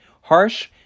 harsh